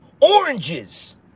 oranges